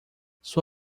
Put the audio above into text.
sua